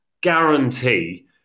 guarantee